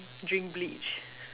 drink bleach